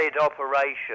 operation